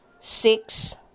six